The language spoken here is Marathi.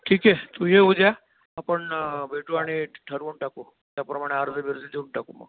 ठीक आहे तू ये ऊद्या आपण भेटू आणि ठरवून टाकू त्याप्रमाणे अर्ज बीर्ज देऊन टाकू मग